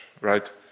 right